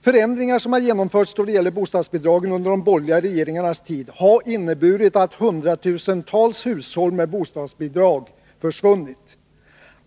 Förändringar som har genomförts då det gäller bostadsbidragen under de borgerliga regeringarnas tid har inneburit att bostadsbidragen har försvunnit för hundratusentals hushåll.